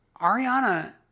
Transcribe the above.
Ariana